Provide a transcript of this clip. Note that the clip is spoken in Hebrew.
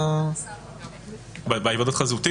בהיוועדות החזותית